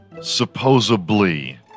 Supposedly